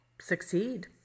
succeed